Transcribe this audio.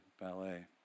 ballet